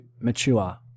mature